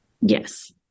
Yes